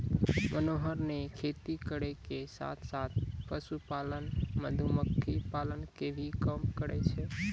मनोहर नॅ खेती करै के साथॅ साथॅ, पशुपालन, मधुमक्खी पालन के भी काम करै छै